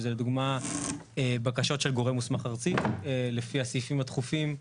שזה לדוגמה בקשות של גורם מוסמך ארצי לפי הסעיפים הדחופים.